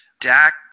Dak